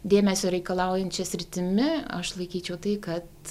dėmesio reikalaujančia sritimi aš laikyčiau tai kad